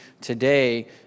today